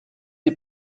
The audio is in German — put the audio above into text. sie